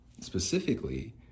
specifically